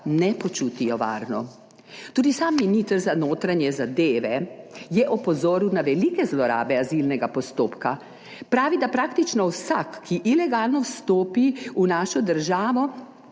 ne počutijo varno. Tudi sam minister za notranje zadeve je opozoril na velike zlorabe azilnega postopka. Pravi, da praktično vsak, ki ilegalno vstopi v našo državo,